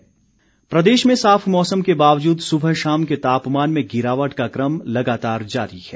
मौसम प्रदेश में साफ मौसम के बावजूद सुबह शाम के तापमान में गिरावट का क्रम लगातार जारी है